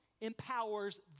empowers